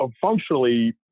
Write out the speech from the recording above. functionally